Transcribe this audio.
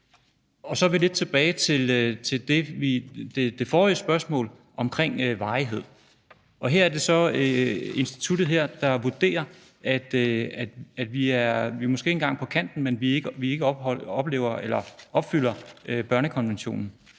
Så er vi lidt tilbage ved det forrige spørgsmål omkring varighed. Det er så instituttet her, der vurderer, at vi måske ikke engang er på kanten, men mere end det, fordi vi ikke opfylder børnekonventionen.